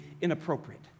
inappropriate